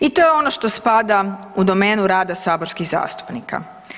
I to je ono što spada u domenu rada saborskih zastupnika.